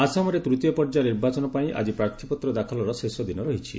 ଆସାମରେ ତୃତୀୟ ପର୍ଯ୍ୟାୟ ନିର୍ବାଚନ ପାଇଁ ଆଜି ପ୍ରାର୍ଥୀପତ୍ର ଦାଖଲର ଶେଷ ଦିନ ରହିଛି